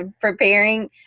preparing